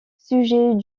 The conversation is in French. sujet